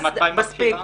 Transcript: מספיק.